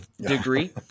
degree